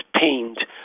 pained